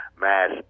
Mass